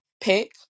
pick